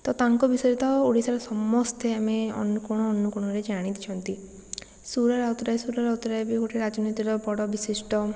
ତ ତାଙ୍କ ବିଷୟରେ ତ ଓଡ଼ିଶାରେ ସମସ୍ତେ ଆମେ ଅନୁକୋଣ ଅନୁକୋଣରେ ଜାଣିଛନ୍ତି ସୁର ରାଉତରାୟ ସୁର ରାଉତରାୟ ବି ଗୋଟେ ରାଜନୀତିର ବଡ଼ ବିଶିଷ୍ଟ